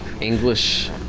English